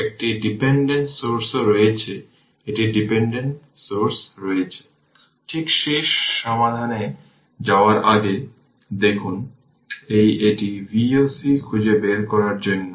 তার মানে এটা অনেকদিন ক্লোজ ছিল তাই ইন্ডাক্টরটা আসলে একটা শর্ট সার্কিট হিসেবে কাজ করছিল